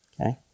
okay